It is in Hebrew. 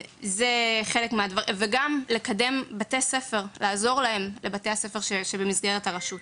וגם סיוע לבתי הספר שבמסגרת הרשות.